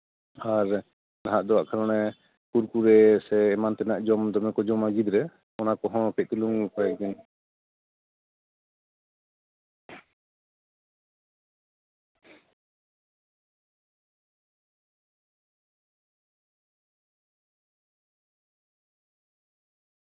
ᱟᱨ ᱱᱟᱦᱟᱜ ᱫᱚ ᱦᱸᱟᱜ ᱠᱷᱟᱱ ᱚᱱᱮ ᱠᱩᱲᱠᱩᱲᱮ ᱥᱮ ᱮᱢᱟᱱ ᱛᱮᱱᱟᱜ ᱡᱚᱢ ᱫᱚᱢᱮ ᱠᱚ ᱡᱚᱢᱟ ᱜᱤᱫᱽᱨᱟᱹ ᱚᱱᱟ ᱠᱚᱦᱚᱸ ᱠᱟᱹᱡ ᱪᱩᱞᱩᱝ ᱠᱚᱭᱮᱠ ᱫᱤᱱ